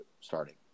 starting